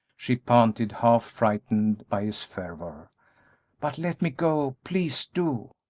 she panted, half frightened by his fervor but let me go please do!